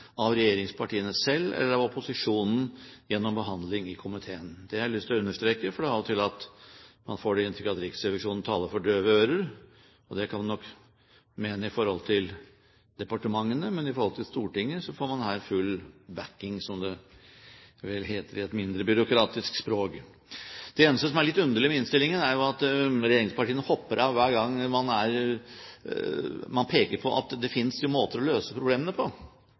av regjeringspartiene selv eller av opposisjonen gjennom behandling i komiteen. Det har jeg lyst til å understreke, for av og til får man det inntrykket at Riksrevisjonen taler for døve ører. Det kan man nok mene i forhold til departementene, men i forhold til Stortinget får man her full backing, som det vel heter i et mindre byråkratisk språk. Det eneste som er litt underlig med innstillingen, er jo at regjeringspartiene hopper av hver gang man peker på at det finnes måter å løse problemene på.